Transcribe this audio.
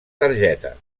targeta